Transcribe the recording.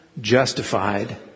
justified